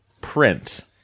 print